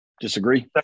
disagree